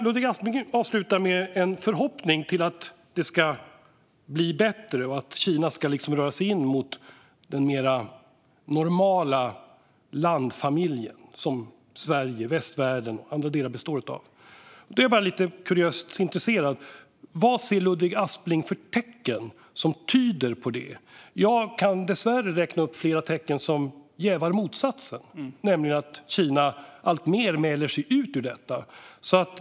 Ludvig Aspling avslutar anförandet med en förhoppning om att det ska bli bättre och att Kina ska röra sig in mot den mer normala landfamiljen, som Sverige, västvärlden och andra delar består av. Då är jag lite kuriöst intresserad av vilka tecken Ludvig Aspling ser som tyder på detta. Jag kan dessvärre räkna upp flera tecken som jävar motsatsen. Kina mäler sig alltmer ut ur detta.